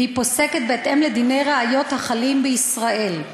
והיא פוסקת בהתאם לדיני ראיות החלים בישראל.